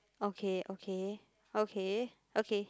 okay okay okay okay